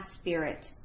spirit